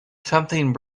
something